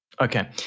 Okay